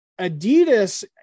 Adidas